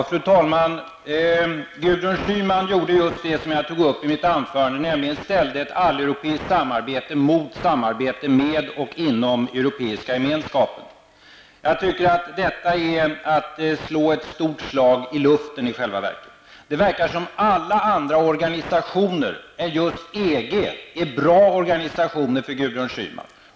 Fru talman! Gudrun Schyman gjorde just det jag tog upp i mitt anförande, nämligen ställde ett alleuropeiskt samarbete mot samarbetet med och inom Europeiska gemenskapen. Jag tycker att det är att slå ett stort slag i luften i själva verket. Det verkar som om alla andra organisationer är just EG är bra organisationer för Gudrun Schyman.